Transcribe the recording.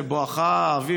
בואכה האביב,